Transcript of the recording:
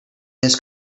his